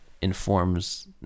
informs